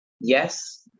yes